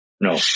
No